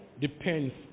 depends